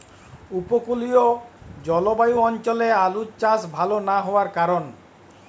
উপকূলীয় জলবায়ু অঞ্চলে আলুর চাষ ভাল না হওয়ার কারণ?